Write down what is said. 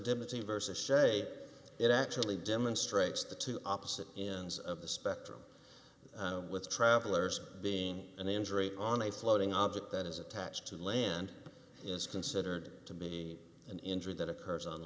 devotee versus say it actually demonstrates the two opposite ends of the spectrum with travelers being an injury on a floating object that is attached to land is considered to be an injury that occurs on